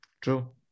true